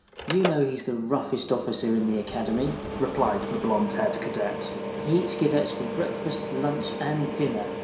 you know he's the roughest officer in the academy, replied the blond-haired cadet. he eats cadets for breakfast, lunch, and dinner.